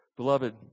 Beloved